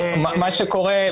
מה שקורה,